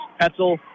Petzl